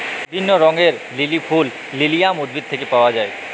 বিভিল্য রঙের লিলি ফুল লিলিয়াম উদ্ভিদ থেক্যে পাওয়া যায়